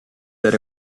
that